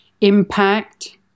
impact